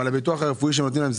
אבל הביטוח הרפואי שנותנים להם,